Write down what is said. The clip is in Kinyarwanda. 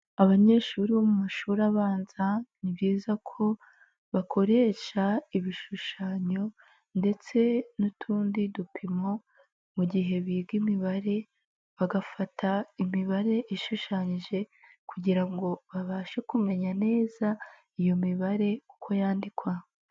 Abanyeshuri bo mu mashuri abanza ni byiza ko bakoresha ibishushanyo ndetse n'utundi dupimo mu gihe biga imibare bagafata imibare ishushanyije kugira ngo babashe kumenya neza iyo mibare uko yandikwa.